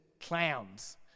clowns